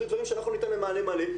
או דברים שאנחנו ניתן להם מענה מלא.